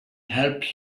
help